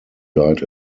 died